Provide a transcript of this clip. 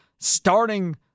starting